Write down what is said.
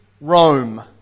Rome